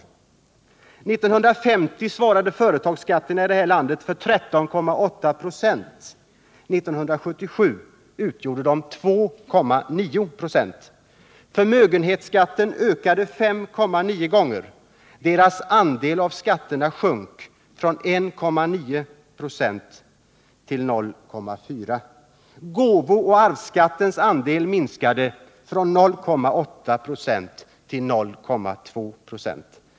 1950 svarade företagsskatterna här i landet för 13,8 26 av skatterna. 1977 utgjorde de 2,9 ?6. Förmögenhetsskatterna ökade 5,9 gånger — deras andel av skatterna sjönk från 1,9 96 till 0,4 26. Gåvooch arvsskattens andel minskade från 0,8 96 till 0,2 96.